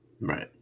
Right